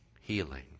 healing